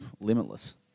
limitless